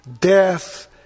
death